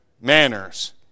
manners